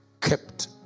Kept